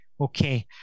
Okay